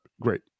great